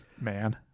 man